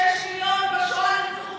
שישה מיליון נרצחו בשואה.